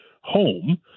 home